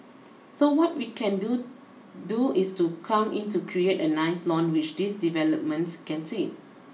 so what we can do do is to come in to create a nice lawn which these developments can sit